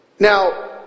Now